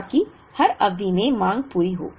ताकि हर अवधि में मांग पूरी हो